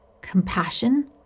compassion